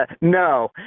No